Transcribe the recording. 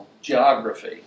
geography